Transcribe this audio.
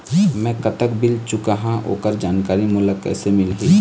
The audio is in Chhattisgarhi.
मैं कतक बिल चुकाहां ओकर जानकारी मोला कइसे मिलही?